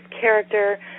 character